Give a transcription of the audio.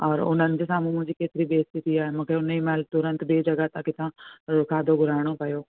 ओर हुननि जे साम्हूं मुंहिंजी केतिरी बेसती थी आहे मूंखे हुन ई महिल तुरंत ॿिए जॻह ता किथां खाधो घुराइणो पयो